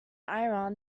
iran